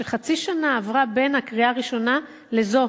שחצי שנה עברה בין הקריאה הראשונה לקריאה הזאת,